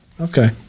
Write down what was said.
okay